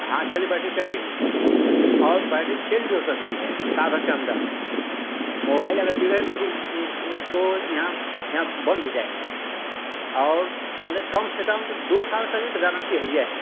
हाँ चलिए बैटरी चलेगी और बैटरी चेंज भी हो सकती है साल भर के अंदर मोवाइल अगर बिगड़े तो उस उसको यहाँ यहाँ बन भी जाएंगी और मतलब कम से कम दो साल करीब तो गारंटी है ही है